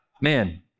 man